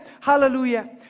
Hallelujah